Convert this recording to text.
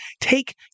take